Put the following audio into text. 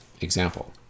Example